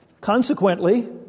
Consequently